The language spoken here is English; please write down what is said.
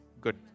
good